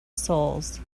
souls